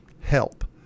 help